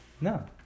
No